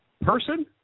person